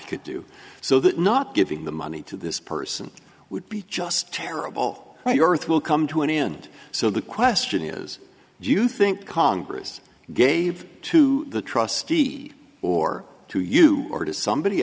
could do so that not giving the money to this person would be just terrible my earthly come to an end so the question is do you think congress gave to the trustee or to you or to somebody